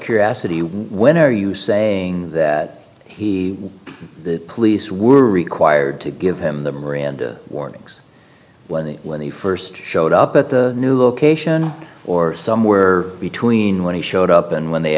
curiosity when are you saying that he the police were required to give him the miranda warnings when they when he first showed up at the new location or somewhere between when he showed up and when they